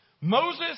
Moses